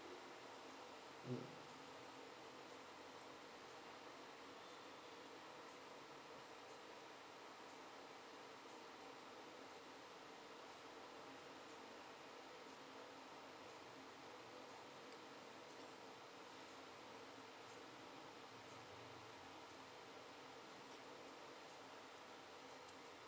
mm